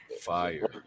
Fire